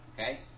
Okay